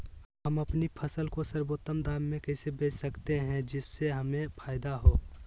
हम अपनी फसल को सर्वोत्तम दाम में कैसे बेच सकते हैं जिससे हमें फायदा हो?